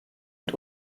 und